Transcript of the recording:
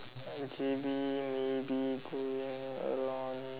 uh J_B maybe going around